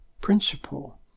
principle